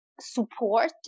support